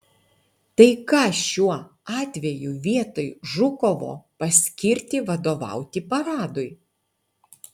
tai ką šiuo atveju vietoj žukovo paskirti vadovauti paradui